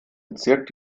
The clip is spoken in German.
bezirk